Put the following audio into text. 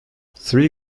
three